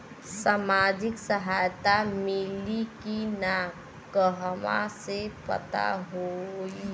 सामाजिक सहायता मिली कि ना कहवा से पता होयी?